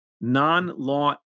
non-law